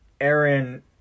aaron